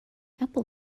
apple